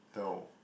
no